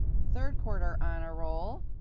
third quarter honor roll,